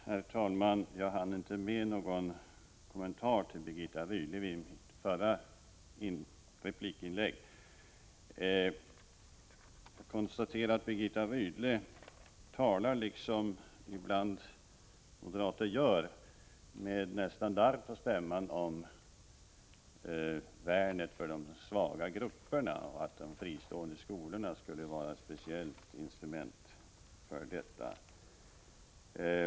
Herr talman! Jag hann inte med någon kommentar till Birgitta Rydle i mitt förra replikinlägg. Jag konstaterar att Birgitta Rydle talar, så som ibland moderaterna gör, med nästan darr på stämman om värnet om de svaga grupperna och att fristående skolor skulle vara ett speciellt instrument för detta.